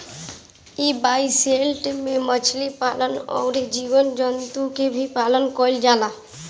इ बायोशेल्टर में मछली पालन अउरी जीव जंतु के भी पालन कईल जाला